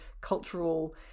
cultural